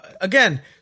Again